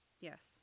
Yes